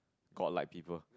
god like people